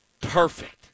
perfect